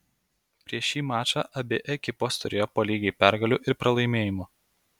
prieš šį mačą abi ekipos turėjo po lygiai pergalių ir pralaimėjimų